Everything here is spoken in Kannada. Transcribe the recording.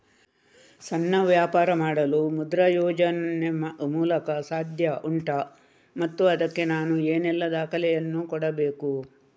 ಸಣ್ಣ ವ್ಯಾಪಾರ ಮಾಡಲು ಮುದ್ರಾ ಯೋಜನೆ ಮೂಲಕ ಸಾಧ್ಯ ಉಂಟಾ ಮತ್ತು ಅದಕ್ಕೆ ನಾನು ಏನೆಲ್ಲ ದಾಖಲೆ ಯನ್ನು ಕೊಡಬೇಕು?